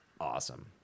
awesome